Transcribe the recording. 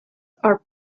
are